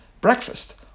Breakfast